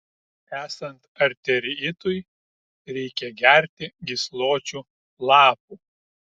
esant arteriitui reikia gerti gysločių lapų